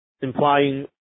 implying